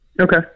Okay